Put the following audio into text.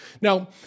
Now